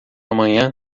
amanhã